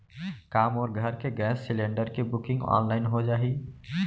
का मोर घर के गैस सिलेंडर के बुकिंग ऑनलाइन हो जाही?